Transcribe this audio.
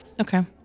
Okay